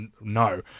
no